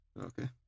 Okay